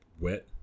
wet